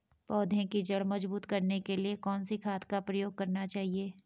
पौधें की जड़ मजबूत करने के लिए कौन सी खाद का प्रयोग करना चाहिए?